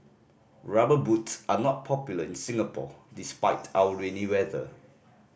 Rubber Boots are not popular in Singapore despite our rainy weather